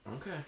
Okay